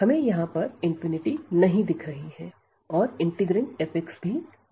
हमें यहां पर नहीं दिख रही है और इंटीग्रैंड f भी बाउंडेड है